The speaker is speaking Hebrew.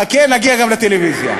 חכה, נגיע גם לטלוויזיה.